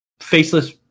faceless